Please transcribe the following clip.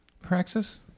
Praxis